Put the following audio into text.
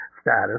status